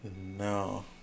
No